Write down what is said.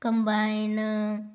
combine